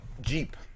jeep